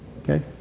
Okay